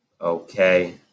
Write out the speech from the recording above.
Okay